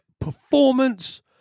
performance